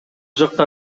жакка